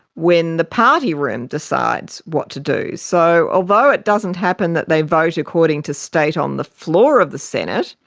when the party room decides what to do. so although it doesn't happen that they vote according to state on the floor of the senate,